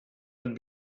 het